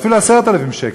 או אפילו 10,000 שקל,